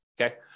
Okay